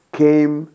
came